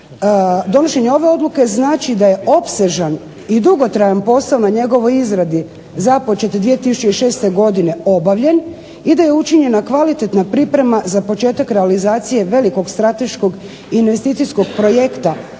donošenje ove odluke znači da je opsežan i dugotrajan posao na njegovoj izradi započet 2006. godine obavljen i da je učinjena kvalitetna priprema za početak realizacije velikog strateškog i investicijskog projekta